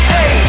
Hey